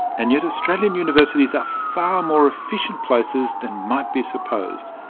and yet australian universities are far more efficient places than might be supposed.